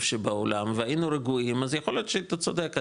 שבעולם והיינו רגועים אז יכול להיות שאתה צודק,